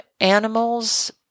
animals